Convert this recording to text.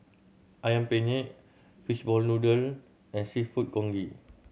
Ayam Penyet fish ball noodle and Seafood Congee